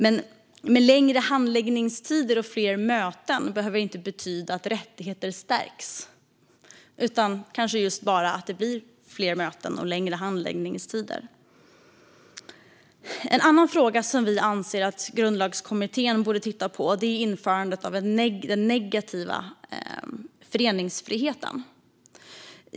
Men längre handläggningstider och fler möten behöver inte betyda att rättigheter stärks utan kanske just bara att det blir fler möten och längre handläggningstider. En annan fråga som vi anser att Grundlagskommittén borde titta på är införandet av den negativa föreningsfriheten.